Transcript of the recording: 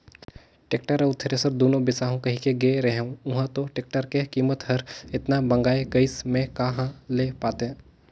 tractor अउ thresher दुनो बिसाहू कहिके गे रेहेंव उंहा तो टेक्टर के कीमत हर एतना भंगाए गइस में कहा ले पातें